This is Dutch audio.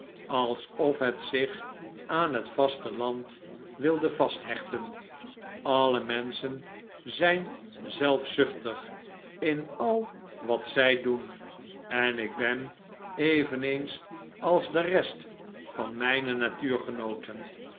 alsof het zich aan het vasteland wilde vasthechten alle menschen zijn zelfzuchtig in al wat zij doen en ik ben eveneens als de rest van mijne